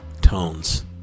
tones